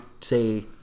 say